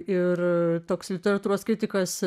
ir toks literatūros kritikas